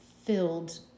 filled